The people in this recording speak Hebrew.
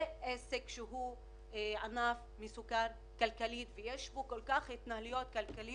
זה עסק שהוא תחת ענף בסיכון כלכלי ויש בו כל מיני בעיות כלכליות.